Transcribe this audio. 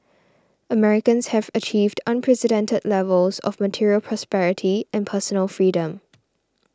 Americans have achieved unprecedented levels of material prosperity and personal freedom